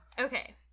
Okay